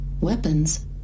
Weapons